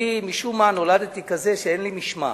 אני, משום מה, נולדתי כזה שאין לי משמעת.